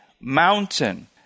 mountain